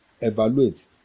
evaluate